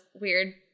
weird